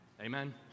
Amen